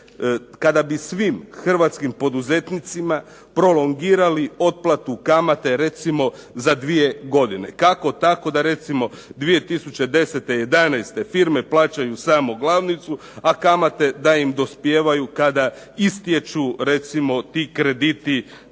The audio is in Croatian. kada bi svim hrvatskim poduzetnicima prolongirali otplatu kamate recimo za 2 godine? Kako tako da recimo 2010., 2011. firme plaćaju samo glavnicu, a kamate da im dospijevaju kada istječu recimo ti krediti